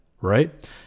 right